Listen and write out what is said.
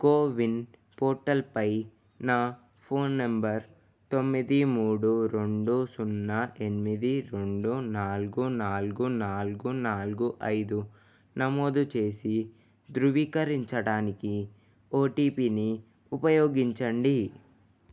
CoWIN పోర్టల్పై నా phone number తొమ్మిది మూడు రెండు సున్నా ఎనిమిది రెండు నాలుగు నాలుగు నాలుగు నాలుగు ఐదు నమోదు చేసి ధృవీకరరించడానికి ఓటిపిని ఉపయోగించండి